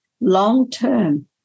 long-term